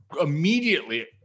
immediately